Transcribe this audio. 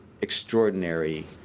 extraordinary